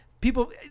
People